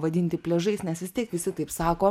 vadinti pliažais nes vis tiek visi taip sako